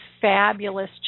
fabulous